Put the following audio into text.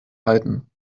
halten